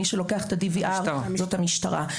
מי שלוקח זאת המשטרה.